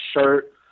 shirt